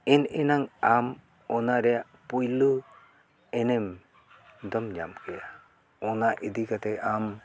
ᱮᱱᱼᱮᱱᱟᱝ ᱟᱢ ᱚᱱᱟ ᱨᱮᱭᱟᱜ ᱯᱩᱭᱞᱩ ᱮᱱᱮᱢ ᱫᱚᱢ ᱧᱟᱢ ᱠᱮᱭᱟ ᱚᱱᱟ ᱤᱫᱤ ᱠᱟᱛᱮᱫ ᱟᱢ